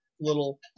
little